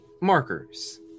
markers